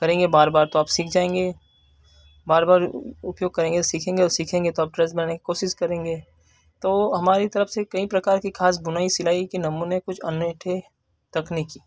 करेंगे बार बार तो आप सीख जाएँगे बार बार उपयोग करेंगे सीखेंगे और सीखेंगे तो आप ड्रेस बनाने की कोशिश करेंगे तो हमारी तरफ से कईं प्रकार की खास बुनाई सिलाई के नमूने कुछ अन्य थे तकनीकी